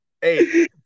Hey